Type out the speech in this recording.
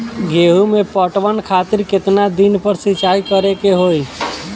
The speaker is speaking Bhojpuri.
गेहूं में पटवन खातिर केतना दिन पर सिंचाई करें के होई?